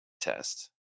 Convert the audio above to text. test